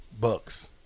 Bucks